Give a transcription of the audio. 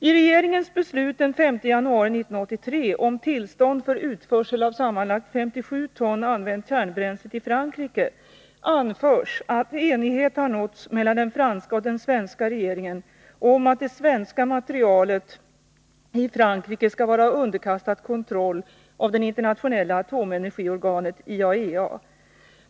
I regeringens beslut den 5 januari 1983 om tillstånd för utförsel av sammanlagt 57 ton använt kärnbränsle till Frankrike anförs att enighet har nåtts mellan den franska och den svenska regeringen om att det svenska materialet i Frankrike skall vara underkastat kontroll av det internationella atomenergiorganet IAEA.